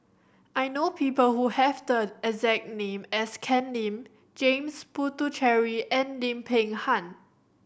I know people who have the exact name as Ken Lim James Puthucheary and Lim Peng Han